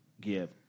Give